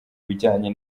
bijyanye